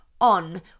on